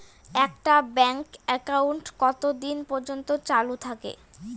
একটা bank account কতদিন পর্যন্ত চালু থাকে?